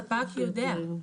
הספק יודע.